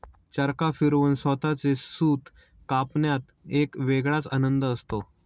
चरखा फिरवून स्वतःचे सूत कापण्यात एक वेगळाच आनंद असतो